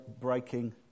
breaking